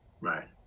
right